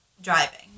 driving